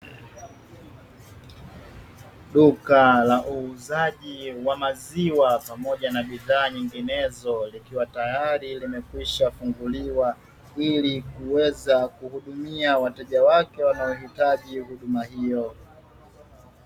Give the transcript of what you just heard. Duka la uuzaji wa maziwa pamoja na bidhaa nyinginezo likiwa tayari limekwishafunguliwa ili kuweza kuhudumia wateja wake wanaohitaji huduma hiyo.